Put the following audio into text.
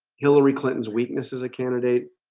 hillary clinton's weakness as a candidate.